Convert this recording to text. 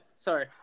Sorry